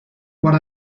what